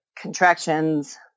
contractions